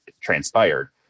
transpired